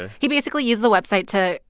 ah he basically used the website to,